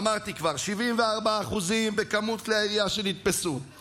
אמרתי כבר: 74% מכמות כלי הירייה נתפסו,